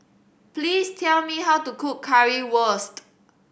please tell me how to cook Currywurst